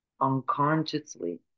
unconsciously